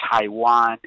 Taiwan